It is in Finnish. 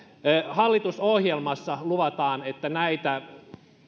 hallitusohjelmassa luvataan että näitä